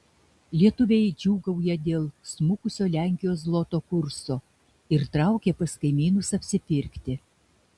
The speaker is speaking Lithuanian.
lietuviai džiūgauja dėl smukusio lenkijos zloto kurso ir traukia pas kaimynus apsipirkti